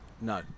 No